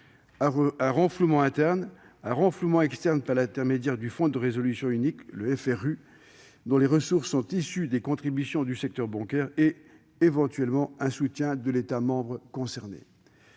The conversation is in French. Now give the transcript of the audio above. un renflouement interne, un renflouement externe par l'intermédiaire du Fonds de résolution unique, dont les ressources sont issues des contributions du secteur bancaire et, éventuellement, un soutien de l'État membre concerné.